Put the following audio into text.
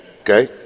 Okay